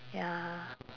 ya